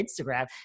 Instagram